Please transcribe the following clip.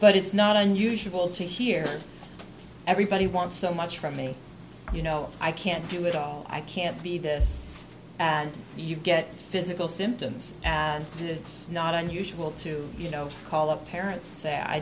but it's not unusual to hear everybody wants so much from me you know i can't do it all i can't be this and you get physical symptoms and it's not unusual to you know call up parents